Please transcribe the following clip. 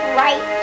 right